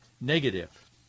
negative